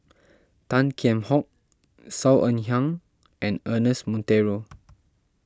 Tan Kheam Hock Saw Ean Ang and Ernest Monteiro